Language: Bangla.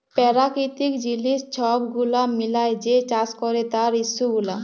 পেরাকিতিক জিলিস ছব গুলা মিলাঁয় যে চাষ ক্যরে তার ইস্যু গুলা